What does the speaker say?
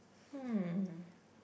hmm